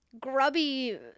grubby